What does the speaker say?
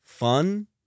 Fun